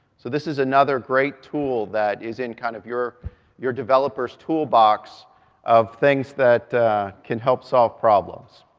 so this is another great tool that is in kind of your your developer's toolbox of things that can help solve problems.